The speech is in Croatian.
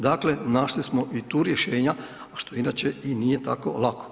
Dakle, našli smo i tu rješenja, a što inače i nije tako lako.